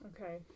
Okay